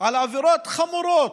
על עבירות חמורות,